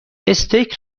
استیک